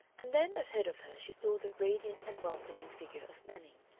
and then ahead of her she saw the radiant and welcoming figure of manning.